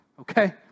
okay